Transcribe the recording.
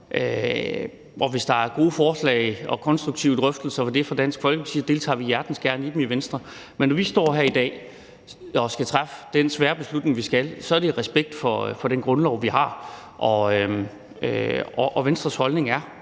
hvis der er gode forslag og konstruktive drøftelser i forhold til det fra Dansk Folkepartis side, deltager vi hjertens gerne i dem i Venstre. Men når vi står her i dag og skal træffe den svære beslutning, vi skal, så er det i respekt for den grundlov, vi har. Og Venstres holdning er